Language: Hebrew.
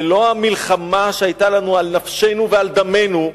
ללא המלחמה שהיתה לנו על נפשנו ועל דמנו,